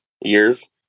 years